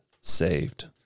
saved